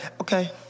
okay